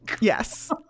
Yes